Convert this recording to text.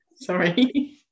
Sorry